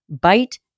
Bite